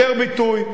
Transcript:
יותר ביטוי,